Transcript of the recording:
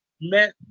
met